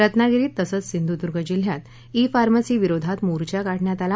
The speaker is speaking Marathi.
रत्नागिरीत तसंच सिंधुदुर्ग जिल्ह्या ई फार्मसी विरोधात मोर्चा काढण्यात आला